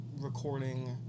recording